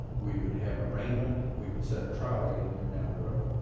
we would have an arraignment, we would set a trial date a year down the road.